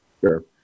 Sure